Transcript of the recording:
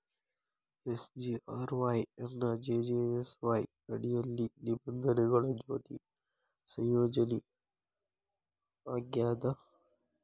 SGRY ಎನ್ನಾ JGSY ಅಡಿಯಲ್ಲಿ ನಿಬಂಧನೆಗಳ ಜೊತಿ ಸಂಯೋಜನಿ ಆಗ್ಯಾದ